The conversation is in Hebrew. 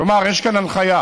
כלומר, יש כאן הנחיה,